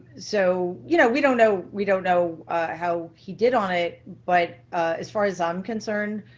so you know, we don't know we don't know how he did on it but as far as i'm concerned,